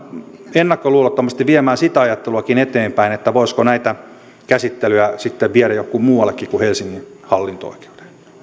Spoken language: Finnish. ennakkoluulottomasti viemään sitäkin ajattelua eteenpäin että voisiko näitä käsittelyjä sitten viedä jonnekin muualle kuin kuin helsingin hallinto oikeuden